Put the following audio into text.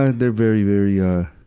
ah they're very, very, ah